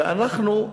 ואנחנו,